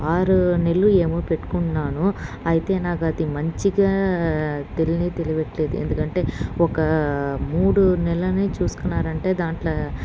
ఆరు నెలలు ఏమో పెట్టుకున్నాను అయితే నాకు అది మంచిగా తెలీని తెలీయట్లేదు ఎందుకంటే ఒక మూడు నెలలు చూసుకున్నారంటే దాంట్లో